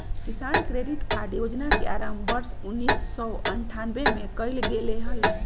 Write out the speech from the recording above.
किसान credit card योजना के आरंभ वर्ष उन्नीसौ अठ्ठान्नबे में कइल गैले हल